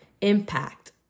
impact